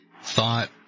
thought